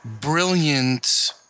brilliant